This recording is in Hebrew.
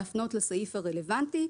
להפנות לסעיף הרלוונטי.